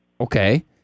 okay